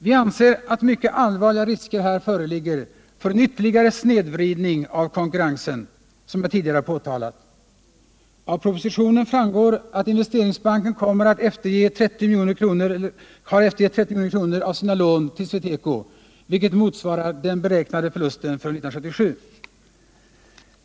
Vi anser att mycket allvarliga risker här föreligger för en ytterligare snedvridning av konkurrensen, som jag tidigare påtalat. Av propositionen framgår att Investeringsbanken efterger 30 milj.kr. av sina lån till SweTeco, vilket motsvarar den beräknade förlusten för 1977.